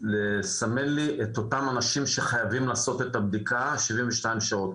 לסמן לי את אותם האנשים שחייבים לעשות בדיקה לגבי 72 שעות,